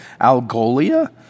Algolia